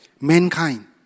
Mankind